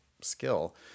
skill